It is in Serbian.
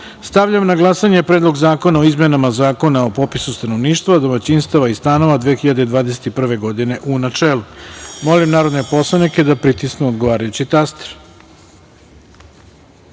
na glasanje Predlog zakona o izmenama Zakona o popisu stanovništva, domaćinstava i stanova 2021. godine, u načelu. Molim narodne poslanike da pritisnu odgovarajući